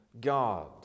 God